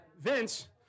Vince